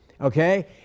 okay